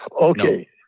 Okay